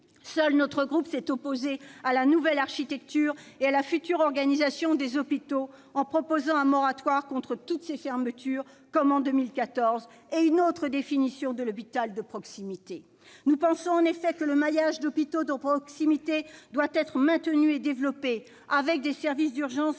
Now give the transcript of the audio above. Seul notre groupe s'est opposé à la nouvelle architecture et à la future organisation des hôpitaux, en proposant, comme en 2014, un moratoire contre toutes ces fermetures et une autre définition de l'hôpital de proximité. Nous pensons, en effet, que le maillage d'hôpitaux de proximité doit être maintenu et développé avec des services d'urgence, fonctionnant